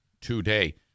today